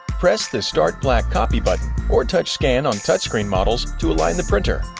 press the start black copy button or touch scan on touchscreen models to align the printer.